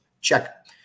check